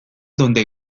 donde